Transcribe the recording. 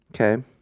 Okay